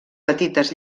petites